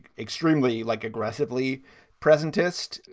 extremely like aggressively presentist.